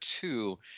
two